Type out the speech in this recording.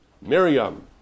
Miriam